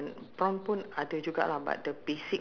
no I like uh oh the dessert eh